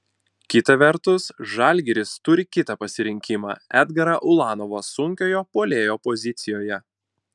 kita vertus žalgiris turi kitą pasirinkimą edgarą ulanovą sunkiojo puolėjo pozicijoje